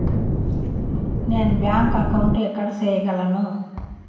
నేను bank account ఎక్కడ సేయగలను